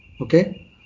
okay